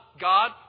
God